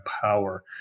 power